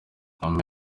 amy